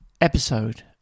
episode